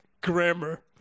grammar